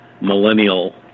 millennial